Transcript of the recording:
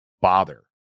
bother